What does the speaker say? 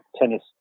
tennis